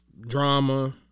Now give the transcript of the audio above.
drama